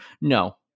No